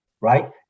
right